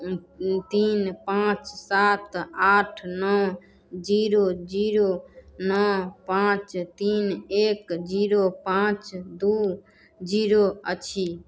तीन पाँच सात आठ नओ जीरो जीरो नओ पाँच तीन एक जीरो पाँच दू जीरो अछि